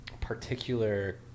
particular